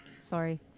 Sorry